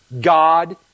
God